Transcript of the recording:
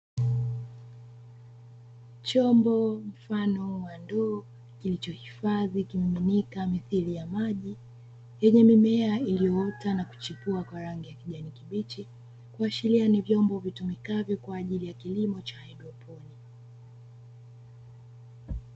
Chombo mfano wa ndoo kilichohifadhi kimiminika mithili ya maji yenye mimea, iliyoota na kuchipua kwa rangi ya kijani kibachi kuashiria ni vyombo vitumikavyo kwa ajili ya kilimo cha haidroponi.